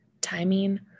timing